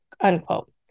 unquote